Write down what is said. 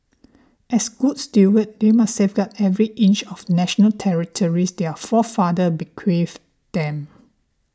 as good stewards they must safeguard every inch of national territories their forefathers bequeathed them